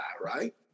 right